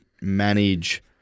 manage